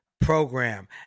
program